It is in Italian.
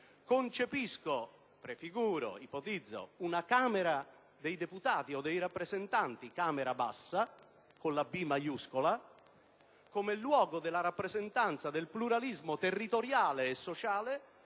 Concepisco, prefiguro e ipotizzo una Camera dei deputati o dei rappresentanti come Camera Bassa, con la «b» maiuscola, come luogo della rappresentanza del pluralismo territoriale e sociale,